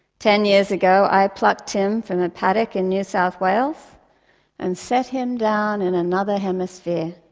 ten years ago, i plucked him from a paddock in new south wales and set him down in another hemisphere.